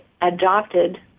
adopted